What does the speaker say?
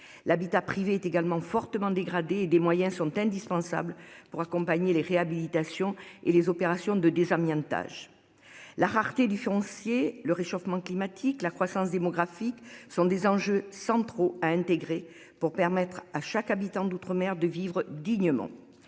L'habitat privé est également fortement dégradé et des moyens sont indispensables pour accompagner les réhabilitations et les opérations de désamiantage. La rareté du foncier. Le réchauffement climatique, la croissance démographique sont des enjeux centraux à intégrer pour permettre à chaque habitant d'outre-mer de vivre dignement.